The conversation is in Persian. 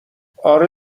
آره